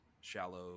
shallow